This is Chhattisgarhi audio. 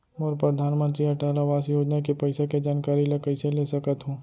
मोर परधानमंतरी अटल आवास योजना के पइसा के जानकारी ल कइसे ले सकत हो?